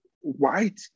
white